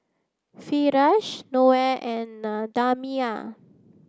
Firash Noah and Damia